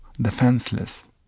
defenseless